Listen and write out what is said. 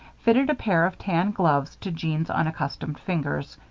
fitted a pair of tan gloves to jeanne's unaccustomed fingers.